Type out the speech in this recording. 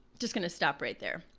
just gonna stop right there.